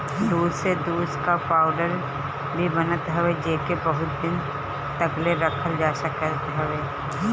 दूध से दूध कअ पाउडर भी बनत हवे जेके बहुते दिन तकले रखल जा सकत हवे